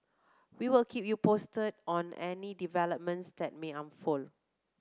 we'll keep you posted on any developments that may unfold